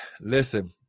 Listen